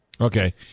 Okay